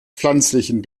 pflanzlichen